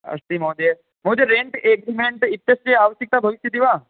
अस्ति महोदय महोदय रेन्ट् एग्रीमेण्ट् इत्यस्य आवश्यकता भविष्यति वा